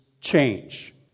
change